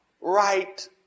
right